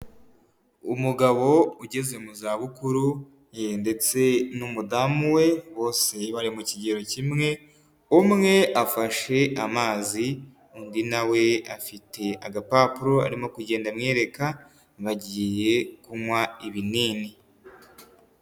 Umugabo ugeze mu za bukuru ye ndetse n'umudamu we bose bari mu kigero kimwe, umwe afashe amazi, undi nawe afite agapapuro arimo kugenda amwereka bagiye kunywa ibinini.